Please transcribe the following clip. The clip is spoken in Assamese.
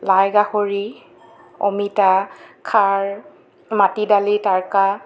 লাই গাহৰি অমিতা খাৰ মাটি দালি তাৰ্কা